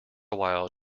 while